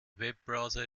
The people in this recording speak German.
webbrowser